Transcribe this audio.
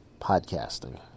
podcasting